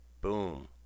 Boom